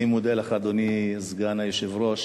אני מודה לך, אדוני, סגן היושב-ראש,